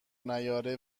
نیاره